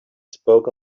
spoke